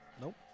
Nope